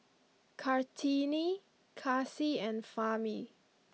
Kartini Kasih and Fahmi